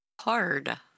hard